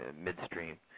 midstream